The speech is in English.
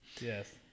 Yes